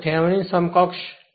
હવે તે થિવેનિન સમકક્ષ છે